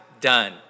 done